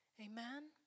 Amen